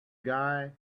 guy